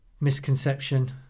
misconception